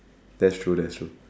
that's true that's true